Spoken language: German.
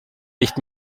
nicht